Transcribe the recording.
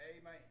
Amen